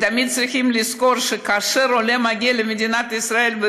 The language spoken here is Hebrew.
ותמיד צריכים לזכור שכאשר עולה מגיע למדינת ישראל,